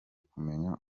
kumenya